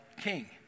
king